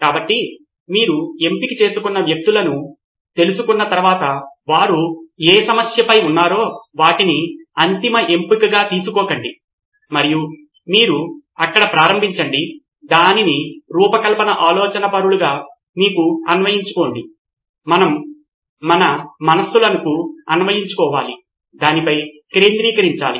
కాబట్టి మీరు ఎంపిక చేసుకున్న వ్యక్తులను తెలుసుకున్న తర్వాత వారు ఏ సమస్యపై ఉన్నారో వాటిని అంతిమ ఎంపికగా తీసుకోకండి మరియు మీరు అక్కడ ప్రారంభించండి దానిని రూపకల్పన ఆలోచనాపరులుగా మీకు అన్వయించుకోండి మనం మన మనస్సును అన్వయించుకోవాలి దానిపై కేంద్రీకరించాలి